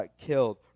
killed